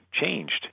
changed